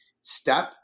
step